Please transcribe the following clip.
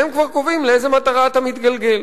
והם כבר קובעים לאיזה מטרה אתה מתגלגל.